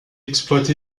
exploite